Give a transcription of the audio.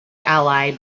ally